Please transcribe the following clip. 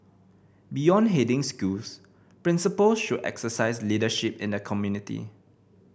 beyond heading schools principal should exercise leadership in the community